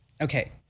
okay